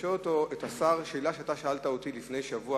אם תרשה לשאול את השר שאלה שאתה שאלת אותי לפני שבוע,